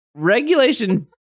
Regulation